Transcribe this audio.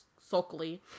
sulkily